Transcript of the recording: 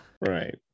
Right